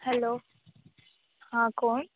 hello हां कोण